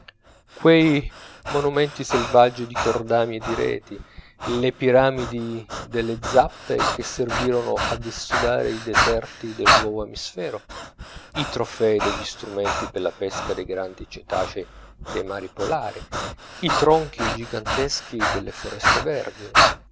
quei monumenti selvaggi di cordami e di reti le piramidi delle zappe che servirono a dissodare i deserti del nuovo emisfero i trofei degli strumenti per la pesca dei grandi cetacei dei mari polari i tronchi giganteschi delle foreste vergini